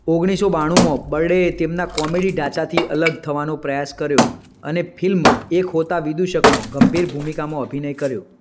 ઓગણીસ સો બાણુંમાં બરડેએ તેમના કોમેડી ઢાંચાથી અલગ થવાનો પ્રયાસ કર્યો અને ફિલ્મ એક હોતા વિદુષકમાં ગંભીર ભૂમિકામાં અભિનય કર્યો